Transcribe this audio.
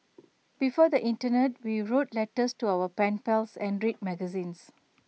before the Internet we wrote letters to our pen pals and read magazines